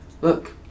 look